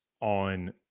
on